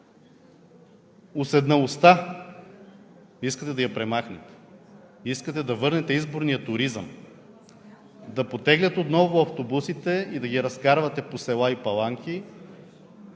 Уседналостта. Искате да я премахнете, искате да върнете изборния туризъм, да потеглят отново автобусите и да ги разкарвате по села и паланки,